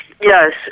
Yes